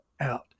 out